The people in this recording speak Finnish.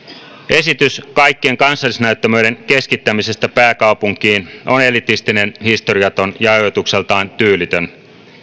esitys kaikkien kansallisnäyttämöiden keskittämisestä pääkaupunkiin on elitistinen historiaton ja ajoitukseltaan tyylitön